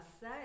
say